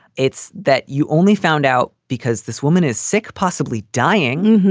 it's that you only found out because this woman is sick, possibly dying.